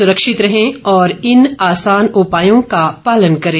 सुरक्षित रहें और इन आसान उपायों का पालन करें